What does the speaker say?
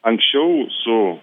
anksčiau su